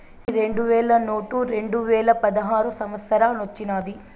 ఈ రెండు వేల నోటు రెండువేల పదహారో సంవత్సరానొచ్చినాది